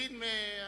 לוין מהליכוד.